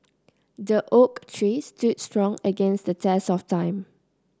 the oak tree stood strong against the test of time